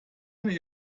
eine